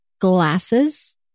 glasses